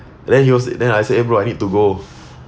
then he was then I say eh bro I need to go